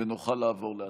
ונוכל לעבור להצבעה.